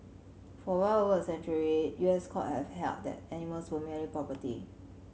for well over a century U S court have held that animals were merely property